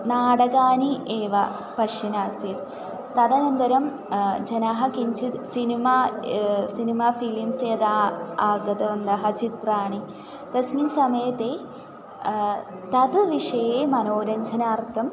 नाटकानि एव पश्यन् आसीत् तदनन्तरं जनाः किञ्चित् सिनिमा सिनिमा फ़िलिम्स् यदा आगतवन्तः चित्राणि तस्मिन् समये ते तद् विषये मनोरञ्जनार्थम्